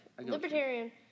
Libertarian